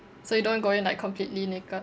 so you don't go in like completely naked